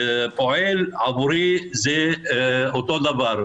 פועל עבורי זה אותו דבר,